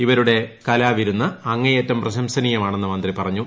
ഇവരുടെ കലാവിരുന്ന് അങ്ങേയറ്റം പ്രശംസനീയമാണെന്ന് മുന്തി പറഞ്ഞു